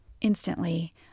Instantly